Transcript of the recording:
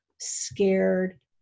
scared